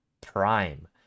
prime